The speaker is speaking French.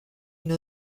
une